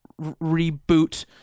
reboot